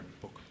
book